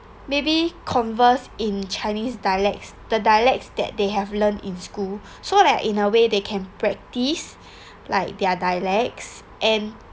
maybe converse in chinese dialects the dialects that they have learnt in school so like in a way they can practice like their dialects and